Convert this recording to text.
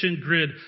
grid